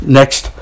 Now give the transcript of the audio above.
next